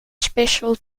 special